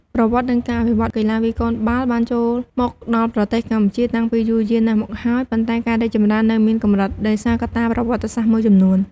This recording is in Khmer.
ប្រវត្តិ និងការអភិវឌ្ឍន៍ កីឡាវាយកូនបាល់បានចូលមកដល់ប្រទេសកម្ពុជាតាំងពីយូរយារណាស់មកហើយ ប៉ុន្តែការរីកចម្រើននៅមានកម្រិត ដោយសារកត្តាប្រវត្តិសាស្ត្រមួយចំនួន។